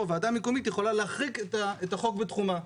ועדה מקומית יכולה להרחיק את החוק מתחומה.